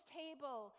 table